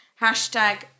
hashtag